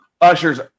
Usher's